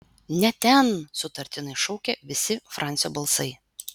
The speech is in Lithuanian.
ne ten sutartinai šaukė visi francio balsai